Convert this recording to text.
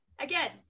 Again